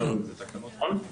אנחנו